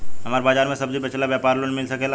हमर बाजार मे सब्जी बेचिला और व्यापार लोन मिल सकेला?